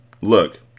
Look